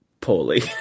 poorly